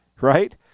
right